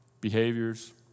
behaviors